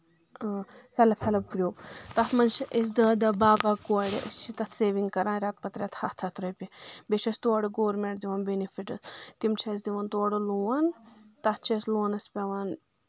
اۭں self help group تَتھ منٛز چھِ أسۍ دہ دہ باہ باہ کورِ أسۍ چھِ تَتھ سیوِنٛگ کَران رؠتہٕ پَتہٕ رؠتہٕ ہَتھ ہَتھ رۄپیہِ بیٚیہِ چھِ أسۍ تورٕ ہَتھ ہَتھ رۄپیٚیہِ گورمؠنٛٹ دِوان بینِفِٹٕہٕ تِم چھِ اَسہِ دِوان تورٕ لون تَتھ چھِ أسۍ لونَس پیٚوان